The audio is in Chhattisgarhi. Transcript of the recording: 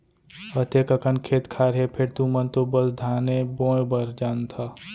अतेक अकन खेत खार हे फेर तुमन तो बस धाने बोय भर जानथा